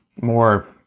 more